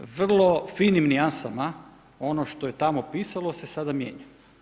Vrlo finim nijansama ono što je tamo pisalo se sada mijenja.